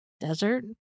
Desert